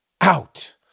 out